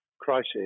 crisis